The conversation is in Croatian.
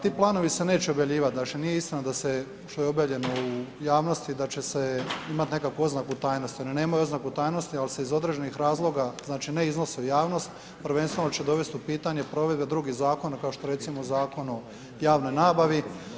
Ti planovi se neće objavljivati. ... nije istina da se, što je objavljeno u javnosti da će se imati nekakvu oznaku tajnosti, ona nemaju oznaku tajnosti ali se iz određenih razloga znači ne iznose u javnost, prvenstveno će dovesti u pitanje provedbe drugih zakona kao što je recimo Zakon o javnoj nabavi.